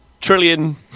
trillion